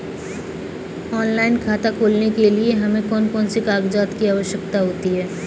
Online खाता खोलने के लिए हमें कौन कौन से कागजात की आवश्यकता होती है?